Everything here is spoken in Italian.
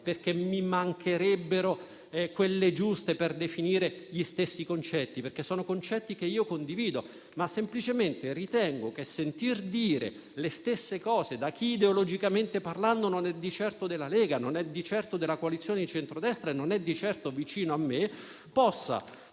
perché mi mancherebbero quelle giuste per definire gli stessi concetti, dato che li condivido, ma semplicemente ritengo che sentir dire le stesse cose da chi, ideologicamente parlando, non è di certo della Lega, della coalizione di centrodestra, né vicino a me, può